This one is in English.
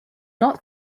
not